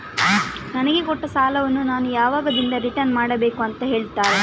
ನನಗೆ ಕೊಟ್ಟ ಸಾಲವನ್ನು ನಾನು ಯಾವಾಗದಿಂದ ರಿಟರ್ನ್ ಮಾಡಬೇಕು ಅಂತ ಹೇಳ್ತೀರಾ?